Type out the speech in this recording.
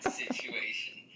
situation